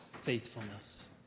faithfulness